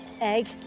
egg